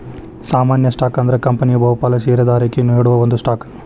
ಸಾಮಾನ್ಯ ಸ್ಟಾಕ್ ಅಂದ್ರ ಕಂಪನಿಯ ಬಹುಪಾಲ ಷೇರದಾರರಿಗಿ ನೇಡೋ ಒಂದ ಸ್ಟಾಕ್